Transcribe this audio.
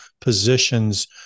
positions